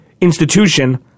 institution